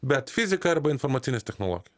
bet fizika arba informacinės technologijos